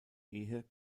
ehe